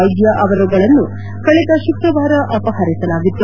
ವೈದ್ಯ ಅವರುಗಳನ್ನು ಕಳೆದ ಶುಕ್ರವಾರ ಅಪಹರಿಸಲಾಗಿತ್ತು